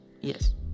yes